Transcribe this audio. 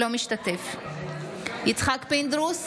אינו משתתף בהצבעה יצחק פינדרוס,